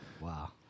Wow